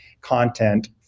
content